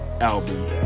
album